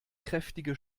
kräftige